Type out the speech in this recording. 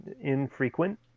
infrequent